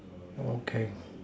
okay